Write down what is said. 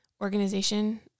organization